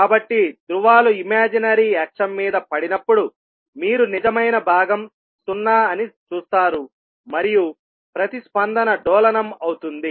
కాబట్టి ధ్రువాలు ఇమాజినరీ అక్షం మీద పడినప్పుడు మీరు నిజమైన భాగం సున్నా అని చూస్తారు మరియు ప్రతిస్పందన డోలనం అవుతుంది